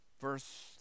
verse